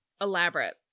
Elaborate